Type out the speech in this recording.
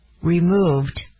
removed